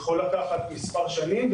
יכול לקחת מספר שנים.